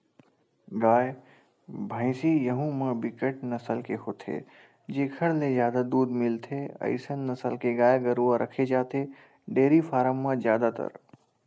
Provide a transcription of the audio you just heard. गाय, भइसी यहूँ म बिकट नसल के होथे जेखर ले जादा दूद मिलथे अइसन नसल के गाय गरुवा रखे जाथे डेयरी फारम म जादातर